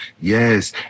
Yes